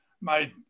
made